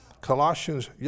Colossians